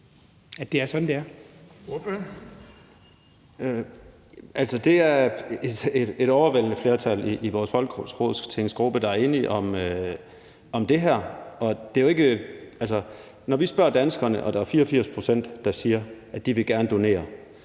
(V): Altså, det er et overvældende flertal i vores folketingsgruppe, der er enige om det her. Når vi spørger danskerne, og der er 84 pct., der siger, at de gerne vil donere,